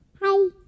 Hi